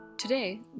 Today